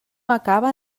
acaba